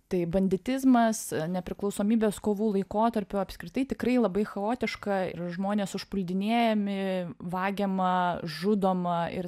tai banditizmas nepriklausomybės kovų laikotarpiu apskritai tikrai labai chaotiška ir žmonės užpuldinėjami vagiama žudoma ir